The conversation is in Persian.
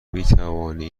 میتوانی